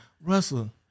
Russell